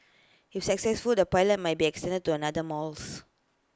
if successful the pilot might be extended to another malls